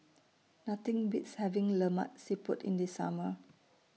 Nothing Beats having Lemak Siput in The Summer